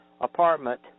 apartment